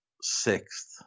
sixth